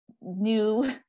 new